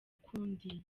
ukundi